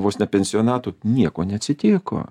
vos ne pensionatų nieko neatsitiko